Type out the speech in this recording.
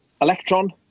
Electron